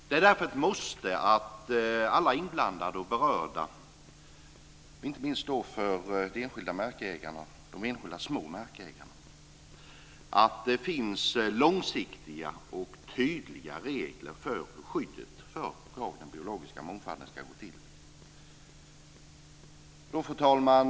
Det är därför ett måste för alla inblandade - inte minst de enskilda små markägarna - att det finns långsiktiga och tydliga regler för hur skyddet av den biologiska mångfalden ska fungera. Fru talman!